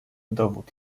dowód